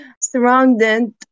surrounded